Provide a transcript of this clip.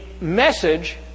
message